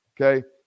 Okay